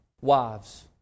Wives